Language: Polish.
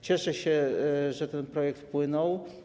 Cieszę się, że ten projekt wpłynął.